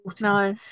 no